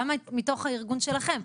גם מתוך הארגון שלכם.